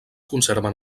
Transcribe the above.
conserven